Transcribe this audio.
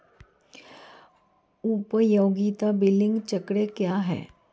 उपयोगिता बिलिंग चक्र क्या है?